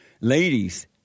Ladies